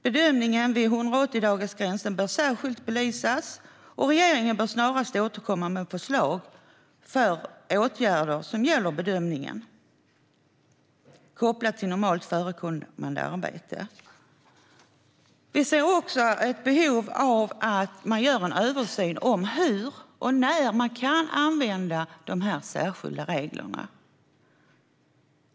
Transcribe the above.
Bedömningen vid 180-dagarsgränsen bör särskilt belysas, och regeringen bör snarast återkomma med förslag på åtgärder som gäller bedömningen kopplat till normalt förekommande arbete. Vi ser också ett behov av att man gör en översyn av hur och när de här särskilda reglerna kan användas.